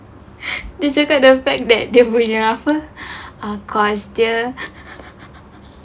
dia cakap the fact that dia punya apa course dia